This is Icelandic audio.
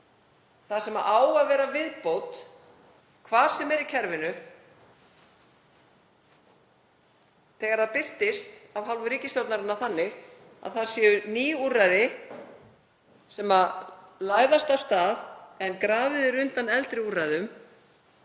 það sem á að vera viðbót, hvar sem er í kerfinu, birtist af hálfu ríkisstjórnarinnar þannig að það séu ný úrræði sem læðast af stað en grafið er undan eldri úrræðum